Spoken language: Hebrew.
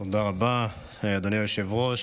תודה רבה, אדוני היושב-ראש.